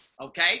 okay